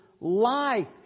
life